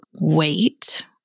wait